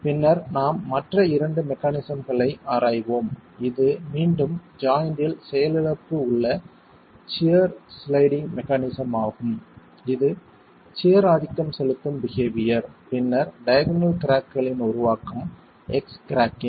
பின்னர் நாம் மற்ற இரண்டு மெக்கானிஸம் களை ஆராய்வோம் இது மீண்டும் ஜாய்ன்ட்டில் செயலிழப்பு உள்ள சியர் சிளைடிங் மெக்கானிஸம் ஆகும் இது சியர் ஆதிக்கம் செலுத்தும் பிஹவியர் பின்னர் டயகனல் கிராக் களின் உருவாக்கம் எக்ஸ் கிராக்கிங்